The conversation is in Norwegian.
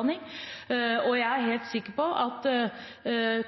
har utdanning. Jeg er helt sikker på at